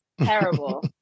terrible